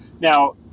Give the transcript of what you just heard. Now